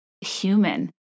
human